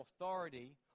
authority